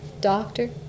doctor